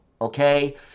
okay